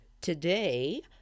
Today